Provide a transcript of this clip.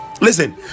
listen